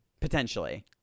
Potentially